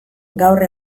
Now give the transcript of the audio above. gaur